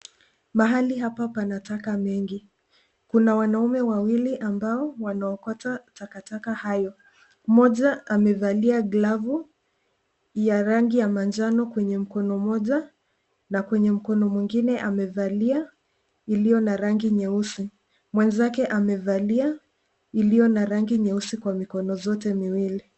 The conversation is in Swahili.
Mahali hapa pana taka mengi. Kuna wanaume wawili ambao wanaokota takataka hayo. Mmoja amevalia glavu ya rangi ya manjano kwenye mkono mmoja na kwenye mkono mwingine amevalia iliyo na rangi nyeusi. Mwenzake amevalia iliyo na rangi nyeusi kwa mikono zote miwili.